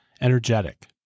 Energetic